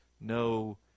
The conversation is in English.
no